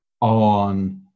on